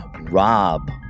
Rob